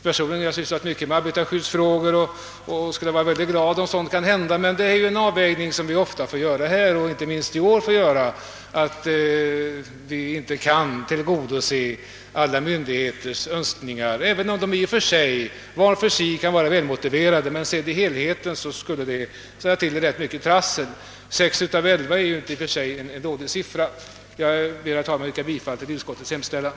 Personligen har jag sysslat mycket med arbetarskyddsfrågor, varför jag skulle vara mycket glad om detta hade kunnat realiseras, men vi måste ofta, inte minst i år, göra avvägningar, eftersom vi inte kan tillgodose alla myndigheters önskemål, även om dessa var för sig kan vara välmotiverade. Sedda som helhet skulle önskemålen dock ställa till rätt mycket trassel. Jag ber att få yrka bifall till utskottets hemställan.